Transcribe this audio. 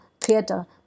theatre